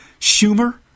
Schumer